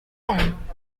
time